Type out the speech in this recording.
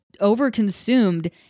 overconsumed